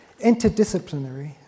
interdisciplinary